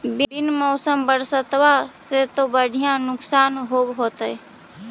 बिन मौसम बरसतबा से तो बढ़िया नुक्सान होब होतै?